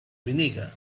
vinegar